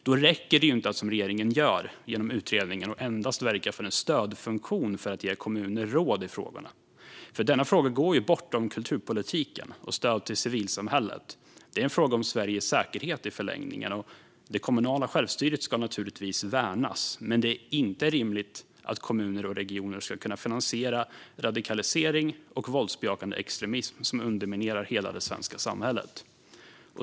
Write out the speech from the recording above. Då räcker det inte att, som regeringen gör genom utredningen, endast verka för en stödfunktion för att ge kommuner råd i dessa frågor. Den här frågan går bortom kulturpolitiken och stödet till civilsamhället; det är en fråga om Sveriges säkerhet. Det kommunala självstyret ska naturligtvis värnas, men det är inte rimligt att kommuner och regioner ska kunna finansiera radikalisering och våldsbejakande extremism som underminerar hela det svenska samhället.